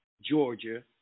Georgia